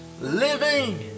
Living